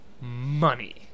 money